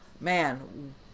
man